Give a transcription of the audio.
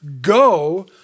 go